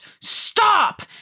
stop